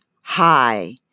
Hi